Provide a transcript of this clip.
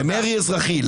-- במרי אזרחי.